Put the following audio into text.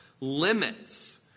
limits